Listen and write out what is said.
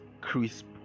crisp